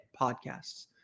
podcasts